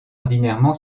ordinairement